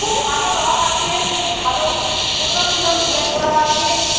খুব ভালো রঙ আছে খুব ভালো সুন্দর সুন্দর ডিজাইন করা আছে